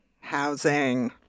Housing